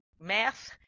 math